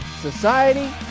society